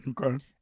Okay